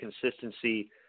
consistency